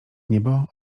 niebo